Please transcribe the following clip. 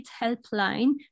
helpline